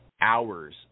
hours